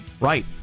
Right